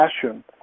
passion